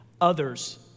others